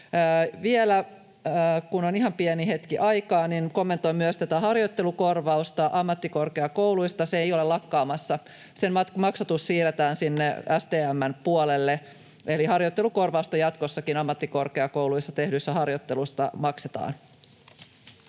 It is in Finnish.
Vielä, kun on ihan pieni hetki aikaa, kommentoin myös tätä harjoittelukorvausta ammattikorkeakouluissa. Se ei ole lakkaamassa. Sen maksatus siirretään STM:n puolelle. Eli harjoittelukorvausta jatkossakin ammattikorkeakouluissa tehdyistä harjoitteluista maksetaan.